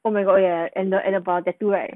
oh my god ya ya and the about tattoo right